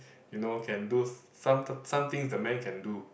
you know can do some some things the man can do